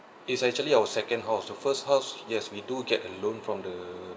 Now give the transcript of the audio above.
it's actually our second house the first house yes we do get a loan from the